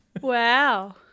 Wow